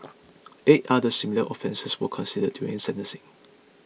eight other similar offences were considered during sentencing